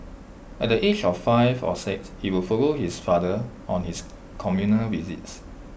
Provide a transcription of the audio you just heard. at the age of five or six he would follow his father on his community visits